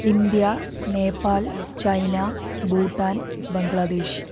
India Nepal China Bhutan Bangladesh